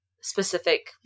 specific